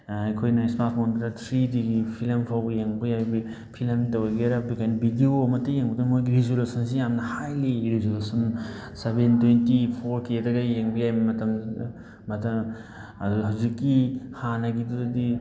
ꯑꯩꯈꯣꯏꯅ ꯏꯁꯃꯥꯔꯠ ꯐꯣꯟꯗꯨꯗ ꯊ꯭ꯔꯤ ꯗꯤꯒꯤ ꯐꯤꯂꯝ ꯐꯥꯎꯕ ꯌꯦꯡꯕ ꯌꯥꯕꯒꯤ ꯐꯤꯂꯝꯇ ꯑꯣꯏꯒꯦꯔꯥ ꯑꯗꯨꯒ ꯕꯤꯗꯤꯑꯣ ꯑꯃꯇ ꯌꯦꯡꯕꯗꯨꯅ ꯃꯣꯏꯒꯤ ꯔꯤꯖꯣꯂꯨꯁꯟꯁꯤ ꯌꯥꯝꯅ ꯍꯥꯏꯂꯤ ꯔꯤꯖꯣꯂꯨꯁꯟ ꯁꯕꯦꯟ ꯇ꯭ꯋꯦꯟꯇꯤ ꯐꯣꯔ ꯀꯦꯗꯒ ꯌꯦꯡꯕ ꯌꯥꯏ ꯃꯇꯝꯗꯨꯗ ꯑꯗꯨ ꯍꯧꯖꯤꯛꯀꯤ ꯍꯥꯟꯅꯒꯤꯗꯨꯗꯗꯤ